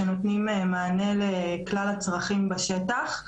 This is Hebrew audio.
שנותנים מענה לכלל הצרכים בשטח.